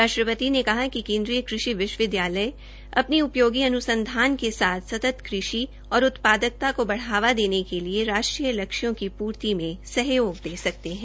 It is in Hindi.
राष्ट्रपति ने कहा है कि केन्द्रीय विश्व विद्यालय अपने उपयोगी अनुसंधान के साथ सतत् कृषि और उत्पादकता को बढावा देने के लिए राष्ट्रीय लक्ष्यों की पूर्ति में सहयोग दे सकती है